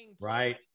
right